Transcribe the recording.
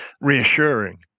reassuring